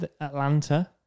Atlanta